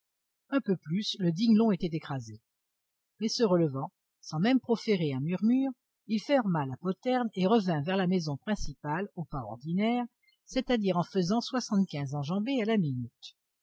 un peu plus le digne long était écrasé mais se relevant sans même proférer un murmure il ferma la poterne et revint vers la maison principale au pas ordinaire c'est-à-dire en faisant soixante-quinze enjambées à la minute